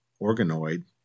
organoid